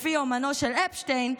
לפי יומנו של אפשטיין,